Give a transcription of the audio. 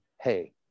hey